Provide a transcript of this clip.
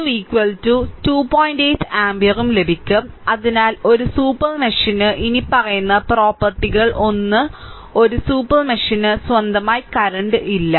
8 ആമ്പിയറും ലഭിക്കും അതിനാൽ ഒരു സൂപ്പർ മെഷിന് ഇനിപ്പറയുന്ന പ്രോപ്പർട്ടികൾ ഒന്ന് ഒരു സൂപ്പർ മെഷിന് സ്വന്തമായി കറന്റ് ഇല്ല